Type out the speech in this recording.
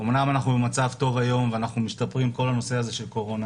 אמנם אנחנו במצב טוב היום ואנחנו משתפרים כל הנושא הזה של קורונה